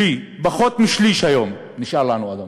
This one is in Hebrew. פחות משליש, היום, נשארו לנו אדמות.